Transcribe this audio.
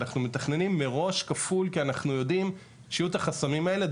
אנחנו מתכננים מראש כפול כי אנחנו יודעים שיהיו החסמים האלה.